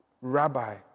Rabbi